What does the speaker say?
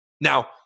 Now